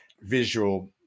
visual